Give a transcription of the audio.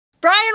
Brian